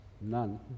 None